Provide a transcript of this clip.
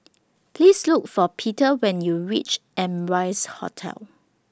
Please Look For Peter when YOU REACH Amrise Hotel